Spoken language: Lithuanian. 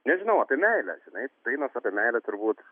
nežinau apie meilę žinai dainos apie meilę turbūt